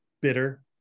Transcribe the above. Bitter